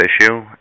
issue